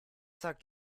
sagt